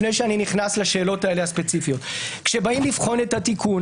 לפני שאני נכנס לשאלות הספציפיות האלה: כשבאים לבחון את התיקון